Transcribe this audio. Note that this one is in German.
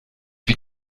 wie